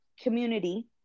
community